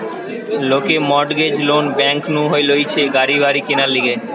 লোকে mortgage loan bank নু লইতেছে গাড়ি বাড়ি কিনার লিগে